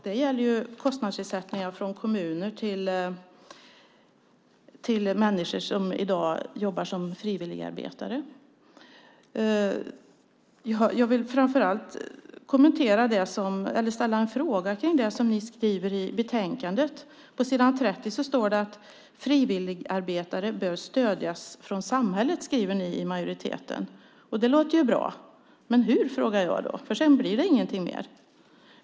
Det gäller kostnadsersättningar från kommuner till människor som i dag jobbar som frivilligarbetare. Jag vill framför allt ställa en fråga om det som ni skriver i betänkandet. På s. 31 står det att frivilligarbetare bör stödjas av samhället. Så skriver ni i majoriteten. Det låter ju bra, men hur, frågar jag, för sedan blir det ingenting mer.